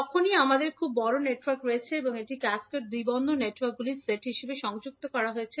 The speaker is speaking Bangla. যখনই আমাদের খুব বড় নেটওয়ার্ক রয়েছে এবং এটি ক্যাসকেড দ্বি পোর্ট নেটওয়ার্কগুলির সেট হিসাবে সংযুক্ত থাকে